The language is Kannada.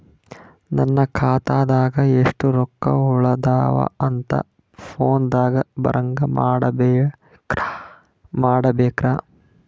ನನ್ನ ಖಾತಾದಾಗ ಎಷ್ಟ ರೊಕ್ಕ ಉಳದಾವ ಅಂತ ಫೋನ ದಾಗ ಬರಂಗ ಮಾಡ ಬೇಕ್ರಾ?